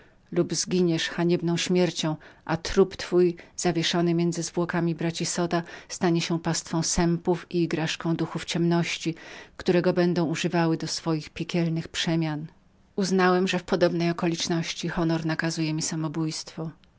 lub zginiesz haniebną śmiercią a ciało twoje zawieszone między trupami braci zota stanie się pastwą sępów i igraszką duchów ciemności które będą go używać do swoich piekielnych przemian zdało mi się że w podobnej okoliczności honor nakazywał mi samobójstwo